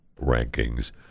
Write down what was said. rankings